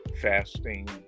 fasting